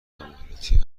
عملیاتی